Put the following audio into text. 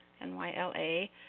N-Y-L-A